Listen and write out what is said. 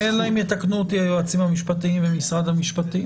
אלא אם יתקנו אותי היועצים המשפטיים במשרד המשפטים.